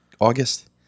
august